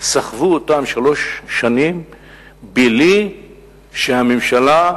סחבו אותם שלוש שנים בלי שהממשלה,